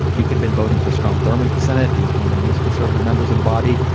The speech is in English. you could've been voting for strom thurmond for senate, who is one of the most conservative members of the body.